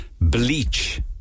bleach